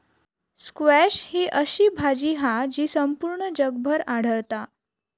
squash ही अशी भाजी हा जी संपूर्ण जगभर आढळता